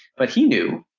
but he knew,